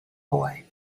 boy